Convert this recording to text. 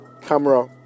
camera